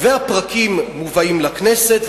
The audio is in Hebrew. והפרקים מובאים לכנסת,